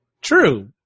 True